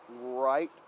right